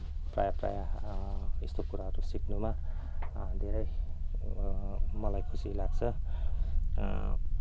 प्रायः प्रायः यस्तो कुराहरू सिक्नुमा धेरै मलाई खुसी लाग्छ